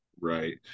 right